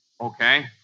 Okay